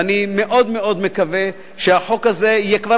ואני מאוד מאוד מקווה שהחוק הזה יהיה כבר